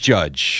Judge